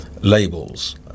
labels